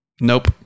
Nope